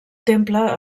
temple